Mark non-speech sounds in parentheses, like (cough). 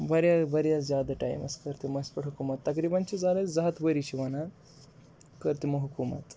واریاہ واریاہ زیادٕ ٹایمَس کٔر تِمو اَسہِ پٮ۪ٹھ حکوٗمت تقریٖباً چھِ (unintelligible) زٕ ہَتھ ؤری چھِ وَنان کٔر تِمو حکوٗمت